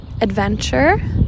adventure